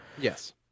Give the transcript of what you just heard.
yes